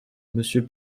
monsieur